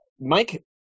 Mike